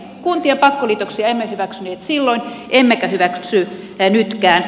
kuntien pakkoliitoksia emme hyväksyneet silloin emmekä hyväksy nytkään